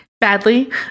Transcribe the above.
Badly